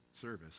service